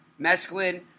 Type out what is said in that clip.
mescaline